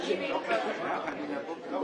לעבור להצבעה.